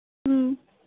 ꯎꯝ